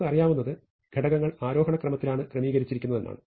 നമുക്ക് അറിയാവുന്നത് ഘടകങ്ങൾ ആരോഹണ ക്രമത്തിലാണ് ക്രമീകരിച്ചിരിക്കുന്നതെന്നാണ്